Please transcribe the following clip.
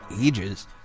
ages